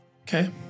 Okay